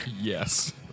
Yes